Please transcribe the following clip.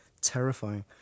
terrifying